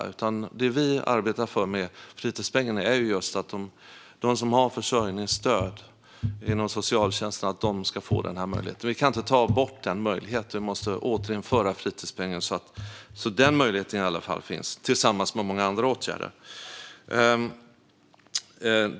Det som vi arbetar för när det gäller fritidspengen är att det är de som har försörjningsstöd inom socialtjänsten som ska få denna möjlighet. Vi kan inte ta bort denna möjlighet. Vi måste återinföra fritidspengen så att denna möjlighet i alla fall finns tillsammans med många andra åtgärder.